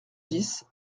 dix